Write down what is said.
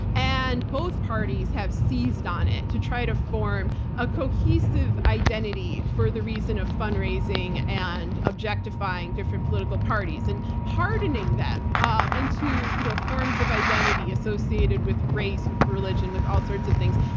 and both parties have seized on it to try to form a cohesive identity for the reason of fundraising and objectifying different political parties, and hardening them um into you know forms of identity associated with race, with religion, with all sorts of things.